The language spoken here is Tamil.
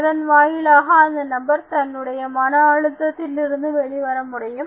அதன் வாயிலாக அந்த நபர் தன்னுடைய மன அழுத்தத்தில் இருந்து வெளிவர முடியும்